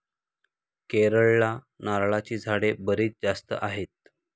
केरळला नारळाची झाडे बरीच जास्त आहेत